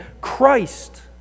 Christ